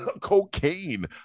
cocaine